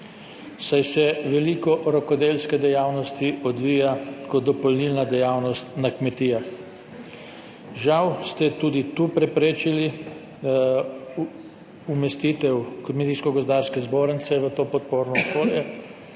saj se veliko rokodelske dejavnosti odvija kot dopolnilna dejavnost na kmetijah. Žal ste tudi tu preprečili umestitev Kmetijsko-gozdarske zbornice 54. TRAK: (SB)